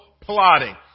plotting